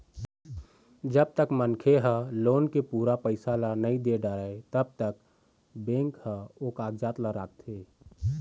जब तक मनखे ह लोन के पूरा पइसा ल नइ दे डारय तब तक बेंक ह ओ कागजात ल राखथे